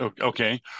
Okay